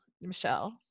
Michelle